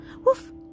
Woof